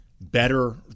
better